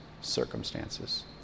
circumstances